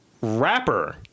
Rapper